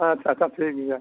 ᱟᱪᱪᱷᱟ ᱟᱪᱪᱷᱟ ᱴᱷᱤᱠ ᱜᱮᱭᱟ